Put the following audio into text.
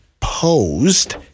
posed